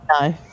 No